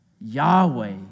Yahweh